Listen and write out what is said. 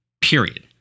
period